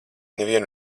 nevienu